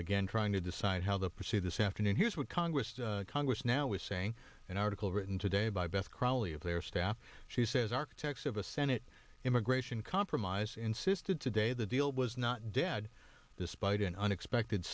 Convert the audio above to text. again trying to decide how to proceed this afternoon here's what congress congress now is saying an article written today by beth crowley of their staff she says architects of a senate immigration compromise insisted today the deal was not dead despite an unexpected